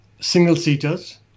single-seaters